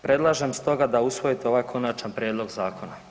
Predlažem stoga da usvojite ovaj konačan prijedlog zakona.